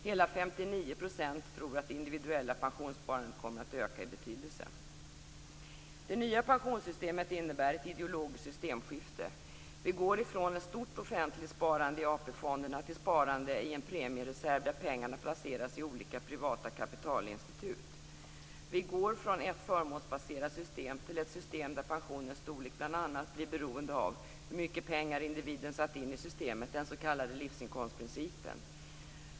Hela 59 % tror att det individuella pensionssparandet kommer att öka i betydelse. Det nya pensionssystemet innebär ett ideologiskt systemskifte. Vi går från ett stort offentligt sparande i AP-fonderna till sparande i en premiereserv där pengarna placeras i olika privata kapitalinstitut. Vi går från ett förmånsbaserat system till ett system där pensionens storlek bl.a. blir beroende av hur mycket pengar individen satt in i systemet, den s.k. livsinkomstprincipen.